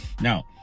Now